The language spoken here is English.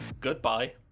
goodbye